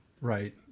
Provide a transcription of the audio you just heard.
right